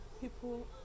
people